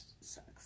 sucks